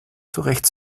zurecht